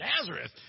Nazareth